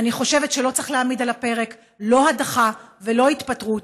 אני חושבת שלא צריך להעמיד על הפרק לא הדחה ולא התפטרות.